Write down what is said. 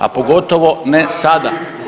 A pogotovo ne sada.